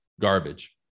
garbage